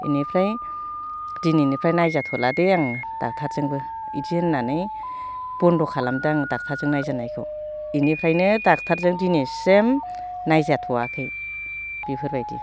बेनिफ्राय दिनैनिफ्राय नायजाथ'लादे आं दक्ट'रजोंबो बिदि होननानै बन्द' खालामदों दक्ट'रजों नायजानायखौ बेनिफ्रायनो दक्ट'रजों दिनैसिम नायजाथ'वाखै बेफोरबायदि